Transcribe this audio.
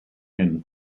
have